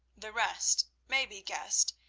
the rest may be guessed.